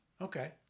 Okay